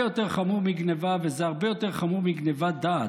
זה הרבה יותר חמור מגנבה וזה הרבה יותר חמור מגנבת דעת.